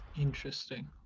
Interesting